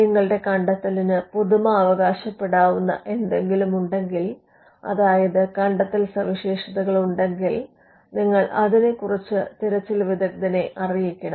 നിങ്ങളുടെ കണ്ടെത്തലിന് പുതുമ അവകാശപ്പെടാവുന്ന എന്തെങ്കിലും ഉണ്ടെങ്കിൽ അതായത് കണ്ടെത്തൽ സവിശേഷതകൾ ഉണ്ടെങ്കിൽ നിങ്ങൾ അതിനെ കുറിച്ച് തിരച്ചിൽ വിദഗ്ദ്ധനെ അറിയിക്കണം